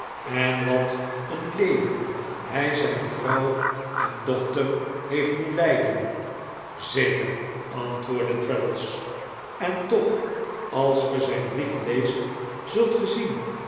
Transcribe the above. en wat een leven hij zijn vrouw en dochter heeft doen leiden zeker antwoordde traddles en toch als ge zijn brief leest zult